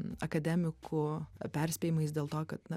akademikų perspėjimais dėl to kad na